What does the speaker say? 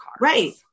Right